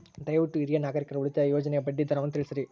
ದಯವಿಟ್ಟು ಹಿರಿಯ ನಾಗರಿಕರ ಉಳಿತಾಯ ಯೋಜನೆಯ ಬಡ್ಡಿ ದರವನ್ನು ತಿಳಿಸ್ರಿ